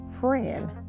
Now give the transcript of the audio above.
friend